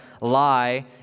lie